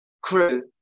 crew